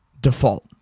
default